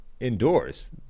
Indoors